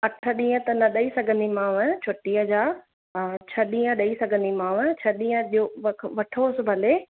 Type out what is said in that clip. अठ ॾींहं त न ॾेई सघंदीमांव छुटीअ जा हा छह ॾींहं ॾेई सघंदीमांव छह ॾींह व वठोसि भले